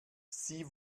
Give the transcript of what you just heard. sie